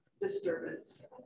disturbance